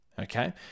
okay